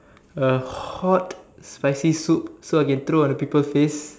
a hot spicy soup so I can throw at people's face